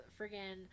friggin